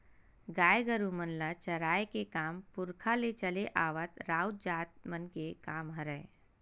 गाय गरु मन ल चराए के काम पुरखा ले चले आवत राउत जात मन के काम हरय